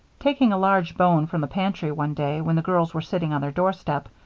taking a large bone from the pantry one day, when the girls were sitting on their doorstep,